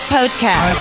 Podcast